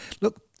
look